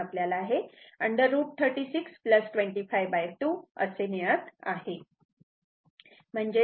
म्हणून आपल्याला हे√ 36 25 2 असे मिळत आहे